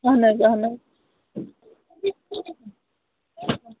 اہن حظ اہَن حظ